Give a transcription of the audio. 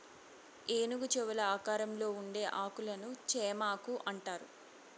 ఏనుగు చెవుల ఆకారంలో ఉండే ఆకులను చేమాకు అంటారు